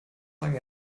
sagen